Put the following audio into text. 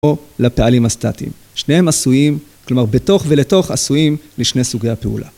או לפעלים הסטטיים, שניהם עשויים, כלומר בתוך ולתוך עשויים לשני סוגי הפעולה.